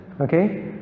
Okay